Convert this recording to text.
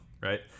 right